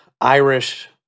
Irish